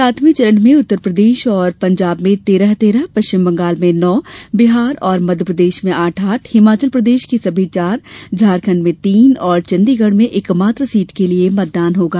सातवें चरण में उत्तर प्रदेश और पंजाब में तेरह तेरह पश्चिम बंगाल में नौ बिहार और मध्य प्रदेश में आठ आठ हिमाचल प्रदेश की सभी चार झारखण्ड में तीन और चंडीगढ़ में एकमात्र सीट के लिए मतदान होगा